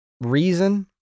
reason